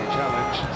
Challenge